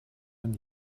man